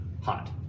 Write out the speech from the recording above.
hot